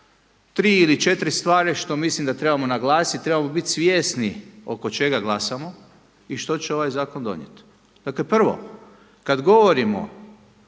tri ili četiri stvari što mislim da trebamo naglasiti. Trebamo biti svjesni oko čega glasamo i što će ovaj zakon donijeti. Dakle prvo kada govorimo